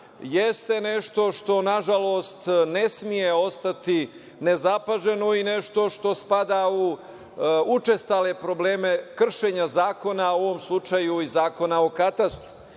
jeste nešto što nažalost ne sme ostati nezapaženo i nešto što spada u učestale probleme kršenje zakona, u ovom slučaju Zakona o katastru. Naime,